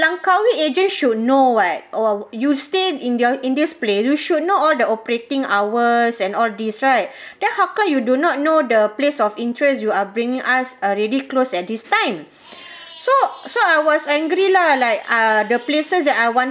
langkawi agent should know what or what you stay in the in this place you should know all the operating hours and all these right then how come you do not know the place of interest you are bringing us already closed at this time so so I was angry lah like ah the places that I wanted